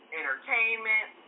entertainment